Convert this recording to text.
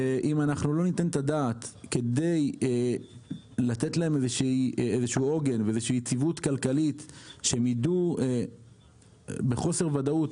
אם לא ניתן את הדעת כדי לתת להם עוגן ויציבות כלכלית בחוסר הוודאות,